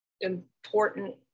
important